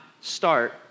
start